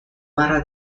barra